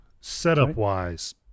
Setup-wise